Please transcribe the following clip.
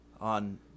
on